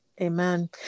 Amen